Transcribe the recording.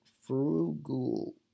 frugal